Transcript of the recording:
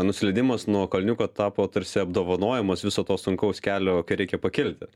nusileidimas nuo kalniuko tapo tarsi apdovanojimas viso to sunkaus kelio kai reikia pakilti